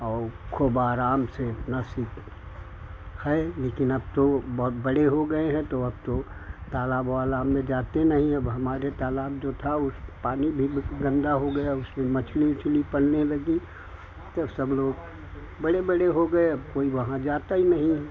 और खूब आराम से अपना सीखे खाय लेकिन अब तो बहुत बड़े हो गए है तो अब तो तालाब आलाब में हम लोग जाते नहीं हैं हमारे तालाब जो था पानी भी बिक गंदा हो गया उसमें मछली उछली पड़ने लगी तो सब बड़े बड़े हो गए अब कोई वहाँ जाते नहीं है